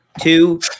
two